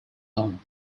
own